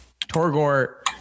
Torgor